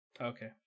Okay